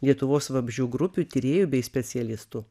lietuvos vabzdžių grupių tyrėjų bei specialistų